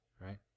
right